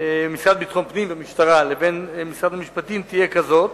לביטחון פנים והמשטרה לבין משרד המשפטים תהיה כזאת: